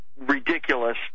ridiculous